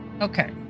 Okay